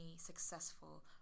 successful